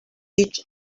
each